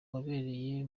wabereye